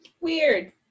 weird